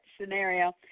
scenario